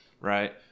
Right